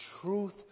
truth